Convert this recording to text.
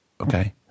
Okay